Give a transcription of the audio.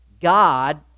God